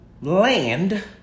land